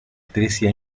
trece